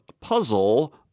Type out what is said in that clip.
Puzzle